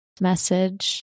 message